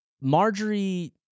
Marjorie